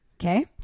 Okay